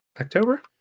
October